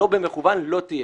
לא במכוון, לא תהיה.